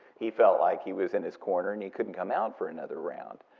he felt like he was in his corner and he couldn't come out for another round,